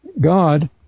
God